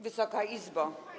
Wysoka Izbo!